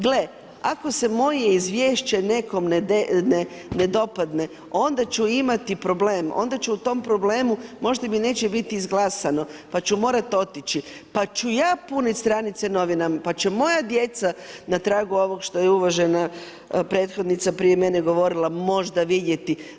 Gle, ako se moje izvješće nekome dopadne onda ću imati problem, onda ću o tome problemu možda mi neće biti izglasano pa ću morati otići, pa ću ja punit stranice novina, pa će moja djeca na tragu ovoga što je uvažena prethodnica prije mene govorila, možda vidjeti.